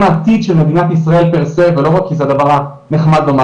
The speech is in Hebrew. העתיד של מדינת ישראל פר-סה ולא רק כי זה הדבר הנחמד לומר,